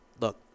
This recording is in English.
look